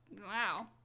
wow